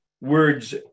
words